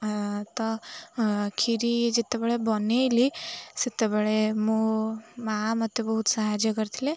ତ କ୍ଷୀରି ଯେତେବେଳେ ବନେଇଲି ସେତେବେଳେ ମୋ ମାଆ ମତେ ବହୁତ ସାହାଯ୍ୟ କରିଥିଲେ